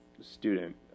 student